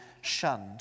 shunned